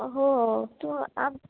हो हो तो आ